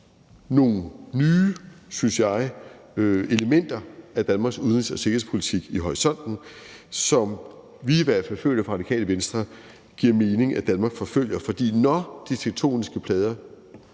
nogle nye elementer af Danmarks udenrigs- og sikkerhedspolitik i horisonten, som vi i hvert fald i Radikale Venstre føler giver mening at Danmark forfølger. For når de tektoniske plader